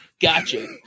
gotcha